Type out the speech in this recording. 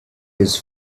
his